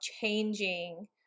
changing